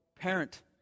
parent